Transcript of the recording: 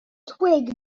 twig